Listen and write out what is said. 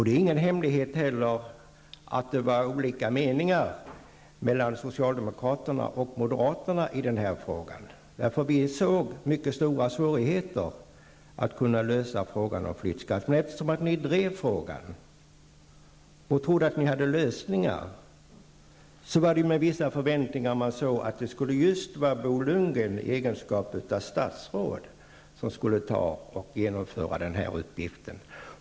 Det är inte heller någon hemlighet att socialdemokraterna och moderaterna hade olika meningar i denna fråga. Vi såg nämligen mycket stora svårigheter när det gällde att lösa frågan om flyttsskatten. Men eftersom ni drev frågan och trodde att ni hade en lösning fanns det vissa förväntningar om att det skulle vara just Bo Lundgren i egenskap av statsråd som skulle genomföra denna uppgift.